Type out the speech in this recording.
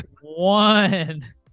one